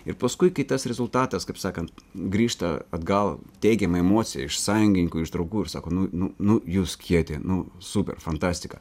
ir paskui kai tas rezultatas kaip sakant grįžta atgal teigiama emocija iš sąjungininkų iš draugų ir sako nu nu nu jūs kieti nu super fantastika